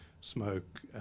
smoke